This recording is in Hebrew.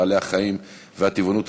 בעלי-החיים והטבעונות,